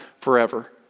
forever